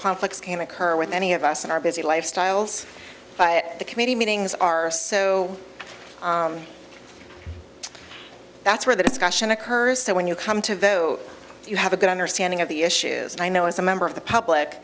conflicts came occur with many of us in our busy lifestyles but the committee meetings are so that's where the discussion occurs so when you come to vote you have a good understanding of the issues i know as a member of the public